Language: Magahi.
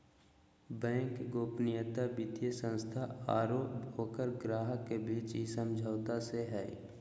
बैंक गोपनीयता वित्तीय संस्था आरो ओकर ग्राहक के बीच इ समझौता से हइ